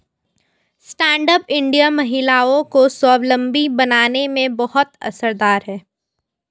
stand up India महिलाओं को स्वावलम्बी बनाने में बहुत असरदार है